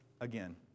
Again